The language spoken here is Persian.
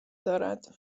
دارد